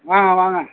வாங்க வாங்க